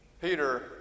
Peter